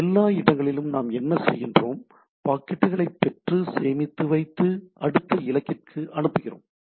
எனவே எல்லா இடங்களிலும் நாம் என்ன செய்கிறோம் பாக்கெட்டுகளை பெற்று சேமித்து வைத்து அடுத்த இலக்கிற்கு அனுப்புகிறோம்